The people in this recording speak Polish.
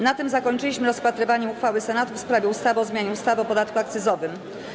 Na tym zakończyliśmy rozpatrywanie uchwały Senatu w sprawie ustawy o zmianie ustawy o podatku akcyzowym.